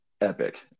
epic